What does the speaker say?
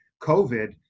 COVID